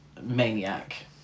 Maniac